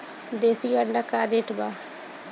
देशी अंडा का रेट बा?